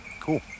Cool